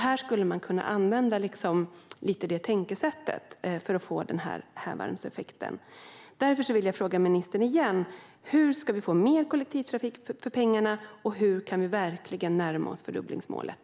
Här skulle man kunna använda detta tänkesätt för att få en hävarmseffekt. Därför frågar jag ministern igen: Hur ska vi få mer kollektivtrafik för pengarna, och hur kan vi verkligen närma oss fördubblingsmålet?